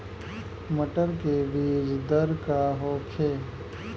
मटर के बीज दर का होखे?